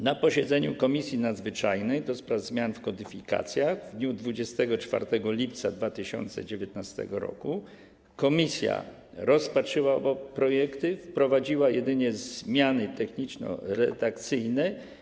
Na posiedzeniu Komisji Nadzwyczajnej do spraw zmian w kodyfikacjach w dniu 24 lipca 2019 r. komisja rozpatrzyła oba projekty i wprowadziła jedynie zmiany techniczno-redakcyjne.